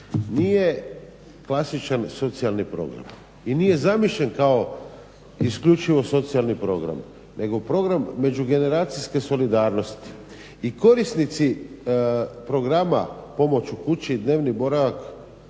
nije klasičan socijalni problem i nije zamišljen kao isključivo socijalni program nego program međugeneracijske solidarnosti. I korisnici programa pomoć u kući, dnevni boravak